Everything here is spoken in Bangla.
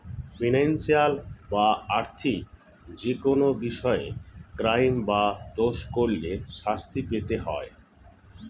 ফিনান্সিয়াল বা আর্থিক যেকোনো বিষয়ে ক্রাইম বা দোষ করলে শাস্তি পেতে হয়